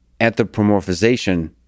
anthropomorphization